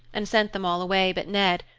and sent them all away but ned,